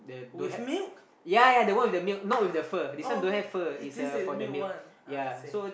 with milk ah oh this is milk one I see